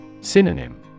Synonym